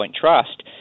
Trust